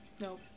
Nope